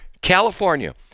California